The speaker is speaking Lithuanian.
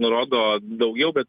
nurodo daugiau bet